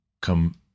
come